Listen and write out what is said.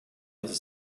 other